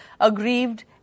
aggrieved